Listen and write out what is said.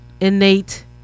innate